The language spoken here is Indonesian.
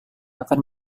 akan